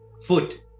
foot